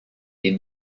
did